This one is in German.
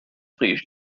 riecht